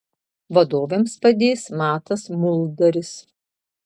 vadovėms padės matas muldaris